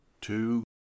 two